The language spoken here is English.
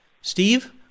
Steve